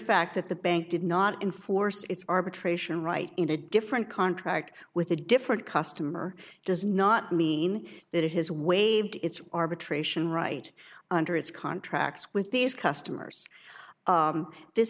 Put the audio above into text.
fact that the bank did not enforce its arbitration right in a different contract with a different customer does not mean that it has waived its arbitration right under its contract with these customers this